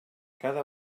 cada